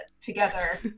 together